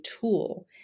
tool